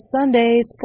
Sundays